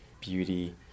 beauty